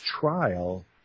trial